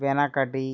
వెనకటి